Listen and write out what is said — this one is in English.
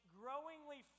growingly